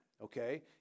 okay